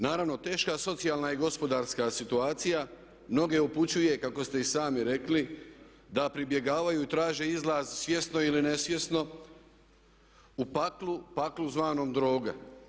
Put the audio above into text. Naravno teška socijalna i gospodarska situacija mnoge upućuje kako ste i sami rekli da pribjegavaju i traže izlaz svjesno ili nesvjesno u paklu, paklu zvanom droga.